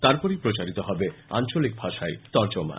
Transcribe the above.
তারপরই প্রচারিত হবে আঞ্চলিক ভাষায় তর্জমা